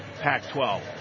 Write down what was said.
Pac-12